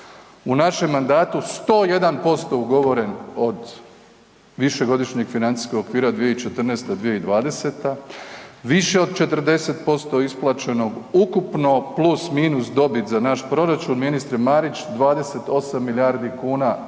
u našem mandatu 101% ugovoren od višegodišnjeg financijskog okvira od 2014. – 2020., više od 40% isplaćenog ukupno plus, minus dobit za naš proračun, ministre Marić 28 milijardi kuna